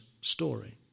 story